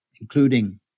including